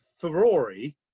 Ferrari